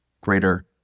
greater